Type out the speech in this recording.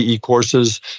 courses